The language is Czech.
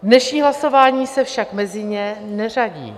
Dnešní hlasování se však mezi ně neřadí.